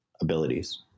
abilities